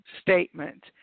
statement